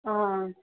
हां